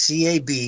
CAB